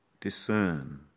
discern